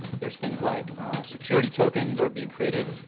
there's things like security tokens are being created,